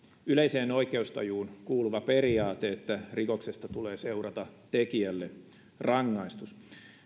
yleiseen oikeustajuun kuuluva periaate että rikoksesta tulee seurata tekijälle rangaistus